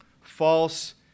false